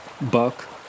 Buck